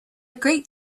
great